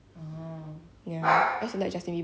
my god your dog